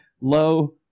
low